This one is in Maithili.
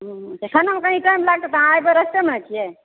हँ खानामे कनि टाइम लागतै तऽ अहाँ एखन रास्तेमे छियै